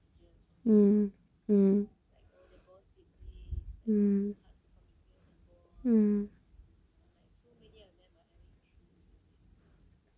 mm mm mm mm